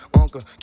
Uncle